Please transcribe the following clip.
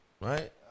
right